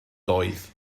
doedd